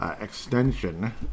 extension